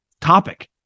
topic